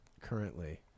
currently